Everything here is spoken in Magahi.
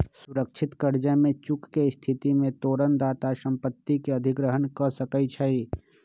सुरक्षित करजा में चूक के स्थिति में तोरण दाता संपत्ति के अधिग्रहण कऽ सकै छइ